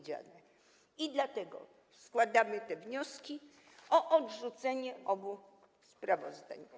Dlatego składamy wnioski o odrzucenie obu sprawozdań.